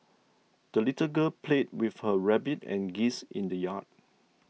the little girl played with her rabbit and geese in the yard